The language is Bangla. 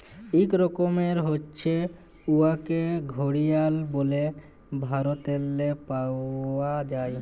ইক রকমের হছে উয়াকে ঘড়িয়াল ব্যলে ভারতেল্লে পাউয়া যায়